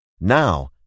Now